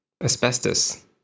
asbestos